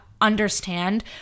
understand